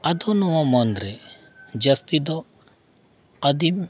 ᱟᱫᱚ ᱱᱚᱣᱟ ᱢᱚᱱᱨᱮ ᱡᱟᱹᱥᱛᱤ ᱫᱚ ᱟᱫᱤᱢ